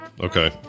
okay